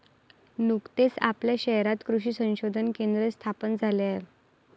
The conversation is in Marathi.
नुकतेच आपल्या शहरात कृषी संशोधन केंद्र स्थापन झाले आहे